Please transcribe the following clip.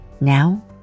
Now